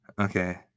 Okay